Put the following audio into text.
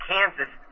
Kansas